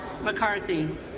McCarthy